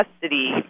custody